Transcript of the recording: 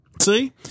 See